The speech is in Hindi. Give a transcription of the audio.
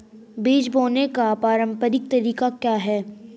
बीज बोने का पारंपरिक तरीका क्या है?